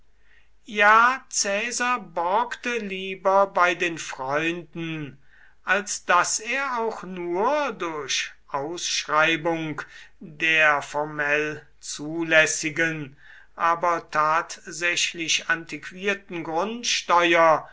ja caesar borgte lieber bei den freunden als daß er auch nur durch ausschreibung der formell zulässigen aber tatsächlich antiquierten grundsteuer